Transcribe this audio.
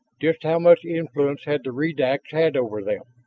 just how much influence had the redax had over them?